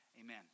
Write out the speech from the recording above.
Amen